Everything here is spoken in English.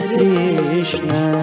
Krishna